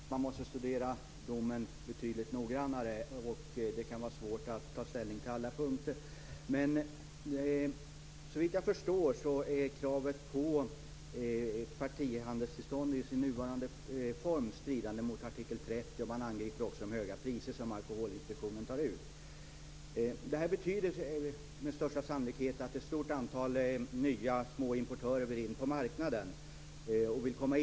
Herr talman! Jag har förståelse för att man måste studera domen betydligt noggrannare och för att det kan vara svårt att ta ställning till alla punkter. Men såvitt jag förstår är kravet på partihandelstillstånd i dess nuvarande form stridande mot artikel 30. De höga priser som Alkoholinspektionen tar ut angrips också. Detta betyder med största sannolikhet att ett stort antal nya små importörer vill in på marknaden och på arenan.